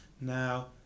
Now